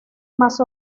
más